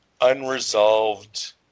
unresolved